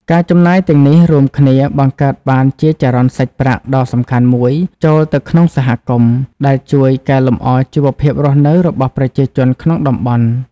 ការចំណាយទាំងនេះរួមគ្នាបង្កើតបានជាចរន្តសាច់ប្រាក់ដ៏សំខាន់មួយចូលទៅក្នុងសហគមន៍ ដែលជួយកែលម្អជីវភាពរស់នៅរបស់ប្រជាជនក្នុងតំបន់។